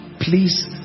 Please